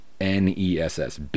N-E-S-S